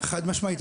חד משמעית.